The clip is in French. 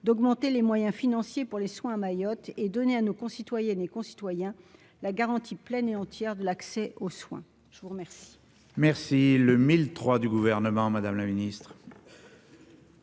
d'augmenter les moyens financiers pour les soins à Mayotte et donner à nos concitoyennes et concitoyens la garantie pleine et entière de l'accès aux soins, je vous remet. Merci le mille. Trois du gouvernement, Madame la ministre.